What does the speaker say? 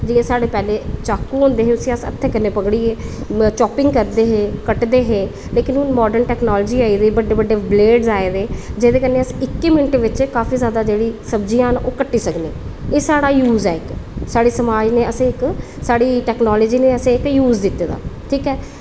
जेह्के साढ़े पैह्लें चाकु होंदे जिसी अस हत्थें कन्नै पकड़ियै चॉपिंङ करदे हे कट्टदे हे हून मॉडल टेक्नोलॉज़ी आई दी बड्डे बड्डे ब्लेड आये दे जेह्दे कन्नै अस इक्क मिंट च जेह्की बड़ी जादै सब्ज़ियां न ओह् कट्टी सकने एह् साढ़ा यूज ऐ इक्क साढ़े समाज़ नै असेंगी इक्क साढ़ी टेक्नोलॉज़ी नै असेंगी इक्क यूज़ दित्ते दा